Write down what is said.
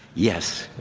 yes.